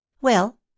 Well